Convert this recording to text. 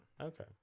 okay